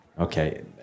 Okay